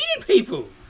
people